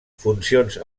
funcions